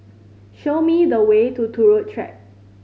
show me the way to Turut Track